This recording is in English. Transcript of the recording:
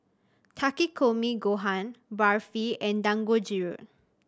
Takikomi Gohan Barfi and Dangojiru